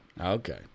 Okay